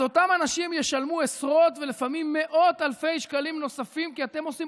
אז אותם אנשים ישלמו עשרות ולפעמים מאות אלפי שקלים נוספים כי אתם עושים